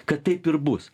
kad taip ir bus